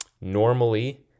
normally